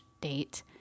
date